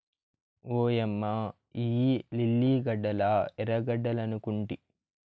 ఓయమ్మ ఇయ్యి లిల్లీ గడ్డలా ఎర్రగడ్డలనుకొంటి